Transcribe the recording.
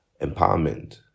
empowerment